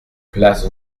place